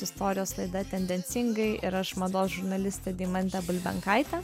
istorijos laida tendencingai ir aš mados žurnalistė deimantė bulbenkaitė